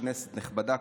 כנסת נכבדה,